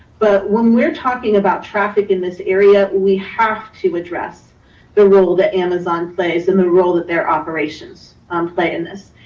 but when we're talking about traffic in this area, we have to address the role that amazon plays and the role that their operations um play in this.